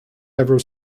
ever